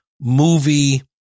movie